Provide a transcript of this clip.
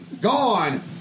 gone